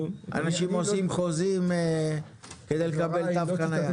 אנשים עושים חוזים כדי לקבל תו חנייה.